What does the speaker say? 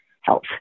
health